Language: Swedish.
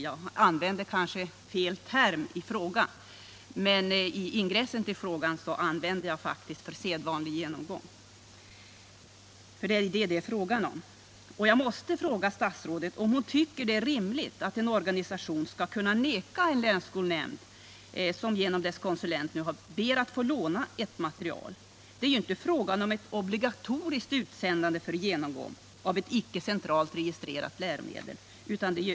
Jag använde kanske fel term, men i ingressen till frågan använde jag faktiskt uttrycket ”för sedvanlig genomgång”. Det är ju den saken det är fråga om. Jag måste fråga statsrådet om hon tycker det är rimligt att en organisation skall kunna neka en länsskolnämnd att låna ett material. Det är ju inte fråga om ett obligatoriskt utsändande för genomgång av ett icke centralt registrerat läromedel.